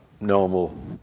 normal